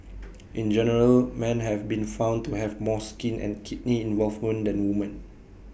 in general men have been found to have more skin and kidney involvement than women